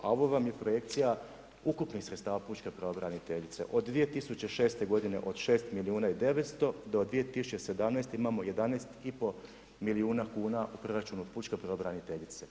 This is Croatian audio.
A ovo vam je projekcija ukupnih sredstava pučke pravobraniteljice, od 2006. g. od 6 milijuna i 900 do 2017. imamo 11,5 milijuna kuna u proračunu pučke pravobraniteljice.